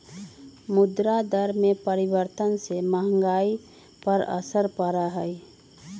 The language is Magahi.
मुद्रा दर में परिवर्तन से महंगाई पर असर पड़ा हई